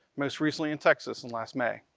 most recently in texas and last may.